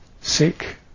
sick